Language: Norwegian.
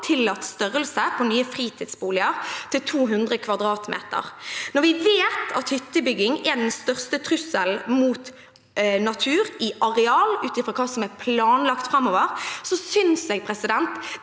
tillatt størrelse på nye fritidsboliger til 200 m². Når vi vet at hyttebygging er den største trusselen mot natur i areal, ut fra hva som er planlagt framover, synes jeg det